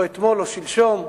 או אתמול, או שלשום,